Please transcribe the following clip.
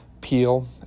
peel